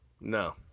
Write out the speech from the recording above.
No